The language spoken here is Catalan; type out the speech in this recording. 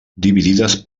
dividides